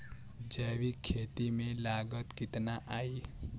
जैविक खेती में लागत कितना आई?